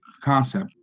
concept